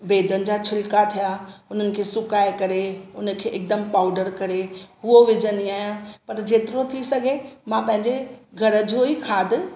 बेदनि जा छिल्का थिया उन्हनि खे सुकाए करे उनखे एकदमि पाउडर करे उहो विझंदी आहियां पर जितिरो थी सघे मां पंहिंजे घर जो ई खादु